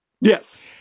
Yes